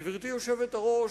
גברתי היושבת-ראש,